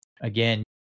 again